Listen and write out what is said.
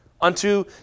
unto